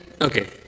Okay